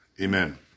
Amen